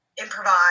improvise